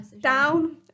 Down